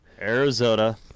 Arizona